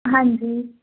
ਹਾਂਜੀ